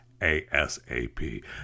ASAP